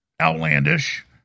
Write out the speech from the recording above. outlandish